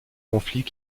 conflits